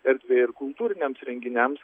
erdvė ir kultūriniams renginiams